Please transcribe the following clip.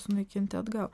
sunaikinti atgal